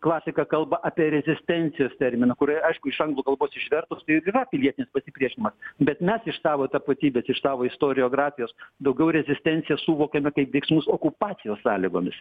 klasika kalba apie rezistencijos terminą kurioje aišku iš anglų kalbos išvertus ir yra pilietinis pasipriešinimas bet mes iš savo tapatybės iš savo istoriografijos daugiau rezistenciją suvokiame kaip veiksmus okupacijos sąlygomis